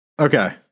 Okay